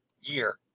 year